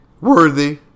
Worthy